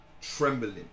trembling